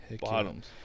Bottoms